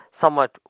somewhat